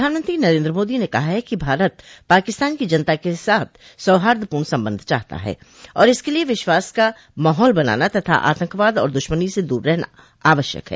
प्रधानमंत्री नरेन्द्र मोदी ने कहा है कि भारत पाकिस्तान की जनता के साथ सौहार्दपूर्ण संबंध चाहता है और इसके लिए विश्वास का माहौल बनाना तथा आतंकवाद और दुश्मनी से दूर रहना आवश्यक है